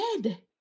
dead